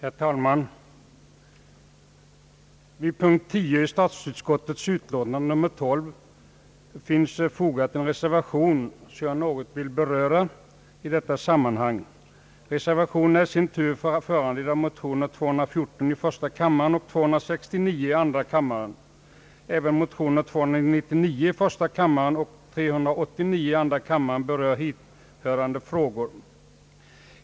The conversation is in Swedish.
Herr talman! Vid punkten 10 i statsutskottets utlåtande nr 12 finns fogad en reservation, som jag något vill beröra i detta sammanhang. Reservationen är i sin tur föranledd av motionerna I: 214 och II:269. även motionerna I:299 och II:389 berör hithörande frågor.